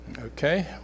Okay